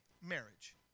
marriage